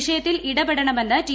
വിഷയത്തിൽ ഇടപെടണമെന്ന് ടി